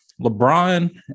LeBron